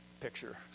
picture